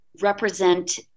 represent